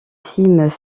cimes